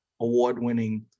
award-winning